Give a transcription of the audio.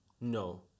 no